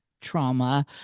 Trauma